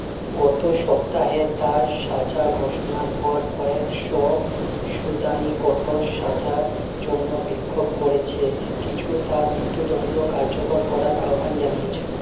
গত সপ্তাহে তার সাজা ঘোষণার পর কয়েকশো সুদানী কঠোর সাজার জন্য বিক্ষোভ করেছে কিছু তার মৃত্যুদণ্ড কার্যকর করার আহ্বান জানিয়েছে